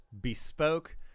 bespoke